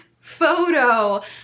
photo